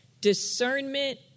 Discernment